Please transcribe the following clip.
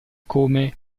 come